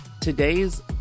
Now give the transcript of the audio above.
Today's